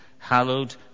Hallowed